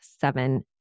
seven